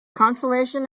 consolation